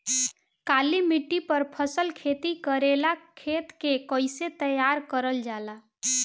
काली मिट्टी पर फसल खेती करेला खेत के कइसे तैयार करल जाला?